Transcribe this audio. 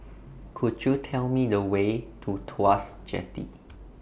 Could YOU Tell Me The Way to Tuas Jetty